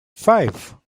five